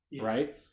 Right